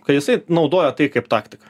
kad jisai naudoja tai kaip taktiką